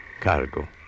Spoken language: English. cargo